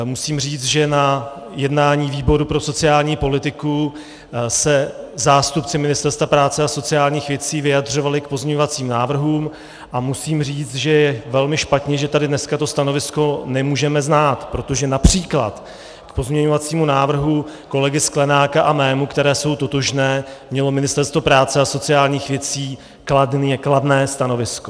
Musím říci, že na jednání výboru pro sociální politiku se zástupci Ministerstva práce a sociálních věcí vyjadřovali k pozměňovacím návrhům a je velmi špatně, že tady dnes to stanovisko nemůžeme znát, protože například k pozměňovacímu návrhu kolegy Sklenáka a mému, které jsou totožné, mělo Ministerstvo práce a sociálních věcí kladné stanovisko.